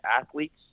athletes